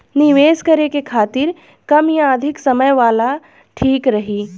निवेश करें के खातिर कम या अधिक समय वाला ठीक रही?